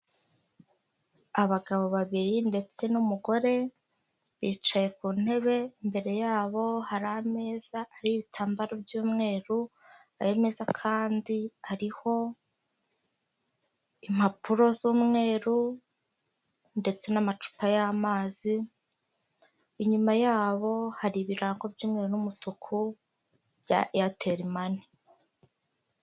Abagabo babiri ndetse n'umugore bicaye ku ntebe imbere yabo hari ameza ariho ibitambaro by'umweru ayo meza kandi hariho impapuro z'umweru ndetse n'amacupa y'amazi, inyuma yabo hari ibirango by'umweru n'umutuku bya Airtel mani.